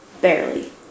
barely